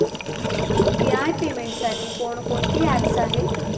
UPI पेमेंटसाठी कोणकोणती apps आहेत?